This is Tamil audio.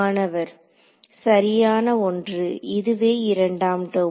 மாணவர் சரியான ஒன்று இதுவே இரண்டாம் டெர்ம்